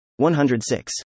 106